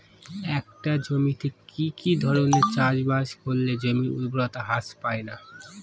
একটা জমিতে কি কি ধরনের চাষাবাদ করলে জমির উর্বরতা হ্রাস পায়না?